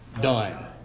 done